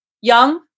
young